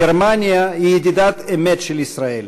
גרמניה היא ידידת אמת של ישראל.